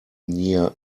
near